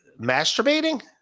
masturbating